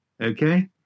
okay